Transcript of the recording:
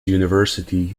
university